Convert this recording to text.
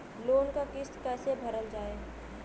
Loan क किस्त कैसे भरल जाए?